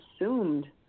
assumed